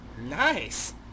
Nice